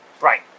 Right